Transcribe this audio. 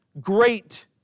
great